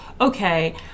okay